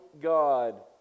God